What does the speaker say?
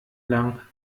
lang